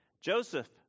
Joseph